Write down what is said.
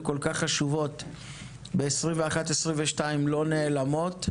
כל כך חשובות ב-2022-2021 לא נעלמות,